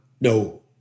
no